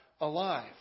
alive